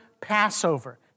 Passover